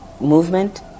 movement